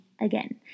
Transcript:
again